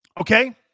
Okay